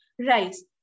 rice